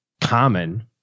common